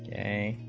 a